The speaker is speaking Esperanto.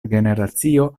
generacio